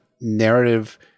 narrative